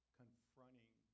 confronting